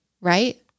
Right